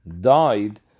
died